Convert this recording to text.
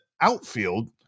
outfield